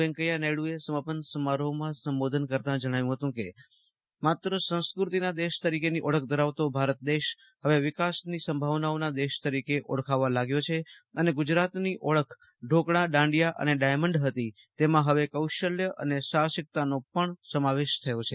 વેકૈયા નાયડુએ સમાપન સમારોહમાં સંબધોન કરતા જણાવ્યું હતું કે માત્ર સંસ્ક્રતિના દેશ તરીકેની ઓળખ ધરાવતો ભારત દેશ હવે વિકાસની સંભાવનાઓના દેશ તરીકે ઓળખાવા લાગ્યો છે અને ગુજરાતની ઓળખ ઢોકળા દાંડીયા અને ડાયમંડ હતી તેમાં હવે કૌશલ્ય અને સાહસિકતાનો પણ સમાવેશ થયો છે